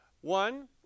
One